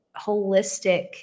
holistic